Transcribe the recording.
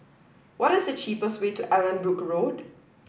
what is the cheapest way to Allanbrooke Road